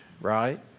right